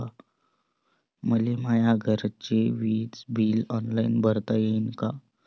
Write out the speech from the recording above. मले माया घरचे विज बिल ऑनलाईन भरता येईन का?